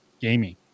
gaming